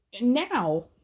now